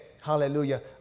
hallelujah